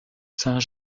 saint